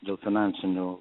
dėl finansinių